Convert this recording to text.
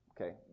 okay